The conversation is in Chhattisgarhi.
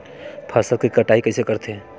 फसल के कटाई कइसे करथे?